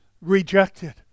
rejected